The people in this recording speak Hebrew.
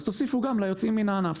אז תוסיפו גם ליוצאים מן הענף.